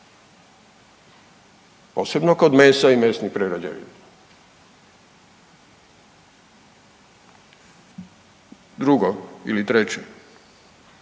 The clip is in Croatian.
Posebno kod mesa i mesnih prerađevina. Drugo ili treće,